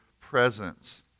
presence